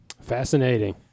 Fascinating